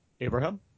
Abraham